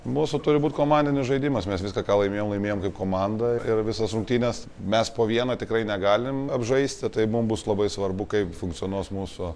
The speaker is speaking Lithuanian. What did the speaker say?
mūsų turi būt komandinis žaidimas mes viską ką laimėjom laimėjom kaip komanda ir visas rungtynes mes po vieną tikrai negalim apžaisti tai mum bus labai svarbu kaip funkcionuos mūsų